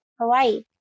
Hawaii